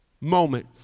moment